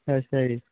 ਅੱਛਾ ਜੀ